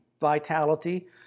vitality